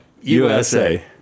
USA